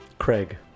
Craig